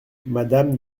madame